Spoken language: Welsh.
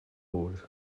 oed